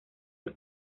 del